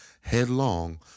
headlong